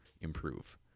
improve